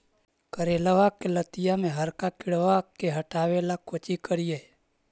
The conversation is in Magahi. करेलबा के लतिया में हरका किड़बा के हटाबेला कोची करिए?